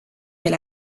elle